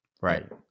Right